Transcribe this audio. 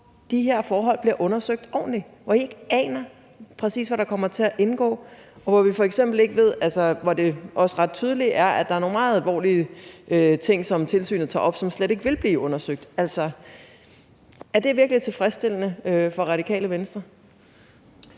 de her forhold bliver undersøgt ordentligt, altså hvor Radikale ikke aner præcis, hvad der kommer til at indgå, og hvor det også er ret tydeligt, at der er nogle meget alvorlige ting, som tilsynet tager op, som slet ikke vil blive undersøgt? Er det virkelig tilfredsstillende for Radikale Venstre?